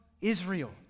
Israel